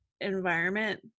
environment